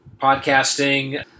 podcasting